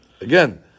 Again